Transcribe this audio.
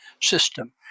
system